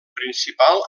principal